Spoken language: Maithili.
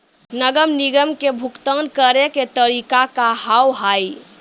नगर निगम के भुगतान करे के तरीका का हाव हाई?